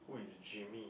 who is Jimmy